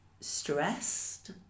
stressed